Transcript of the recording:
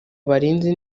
abarinzi